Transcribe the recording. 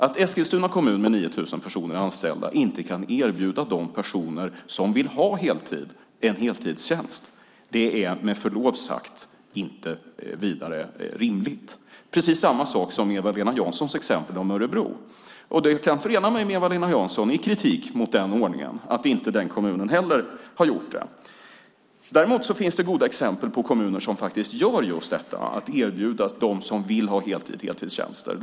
Att Eskilstuna kommun med 9 000 anställda inte kan erbjuda de personer som vill ha heltid en heltidstjänst är med förlov sagt inte rimligt. Det är samma sak med Eva-Lena Janssons exempel Örebro. Jag kan förena mig med Eva-Lena Jansson i kritik mot den ordningen, mot att inte heller den kommunen har gjort det. Däremot finns det goda exempel på kommuner som faktiskt gör just detta, nämligen att erbjuda heltid åt dem som vill det.